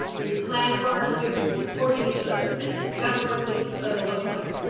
we planned for our students, supported each other and discussed what this was gonna look like.